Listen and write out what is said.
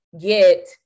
get